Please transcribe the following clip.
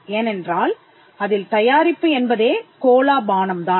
ஏனென்றால் அதில் தயாரிப்பு என்பதே கோலா பானம் தான்